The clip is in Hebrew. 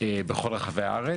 בכל רחבי הארץ,